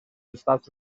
estats